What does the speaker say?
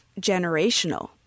generational